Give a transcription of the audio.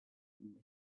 him